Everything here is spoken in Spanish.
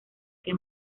que